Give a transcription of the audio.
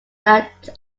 that